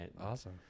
Awesome